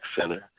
Center